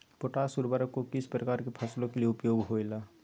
Potash उर्वरक को किस प्रकार के फसलों के लिए उपयोग होईला?